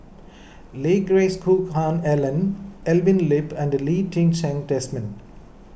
Lee Geck Hoon Ellen Evelyn Lip and Lee Ti Seng Desmond